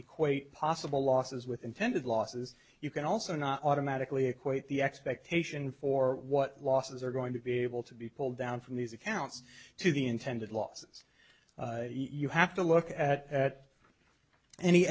equate possible losses with intended losses you can also not automatically equate the expectation for what losses are going to be able to be pulled down from these accounts to the intended losses you have to look at a